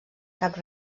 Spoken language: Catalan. cap